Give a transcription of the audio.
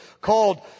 called